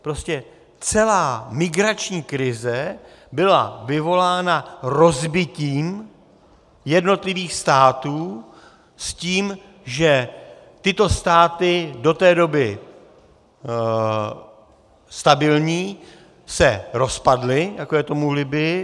Prostě celá migrační krize byla vyvolána rozbitím jednotlivých států s tím, že tyto státy, do té doby stabilní, se rozpadly, jako je tomu v Libyi.